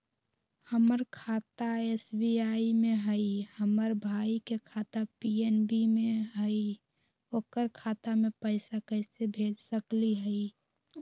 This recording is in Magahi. हमर खाता एस.बी.आई में हई, हमर भाई के खाता पी.एन.बी में हई, ओकर खाता में पैसा कैसे भेज सकली हई?